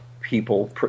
people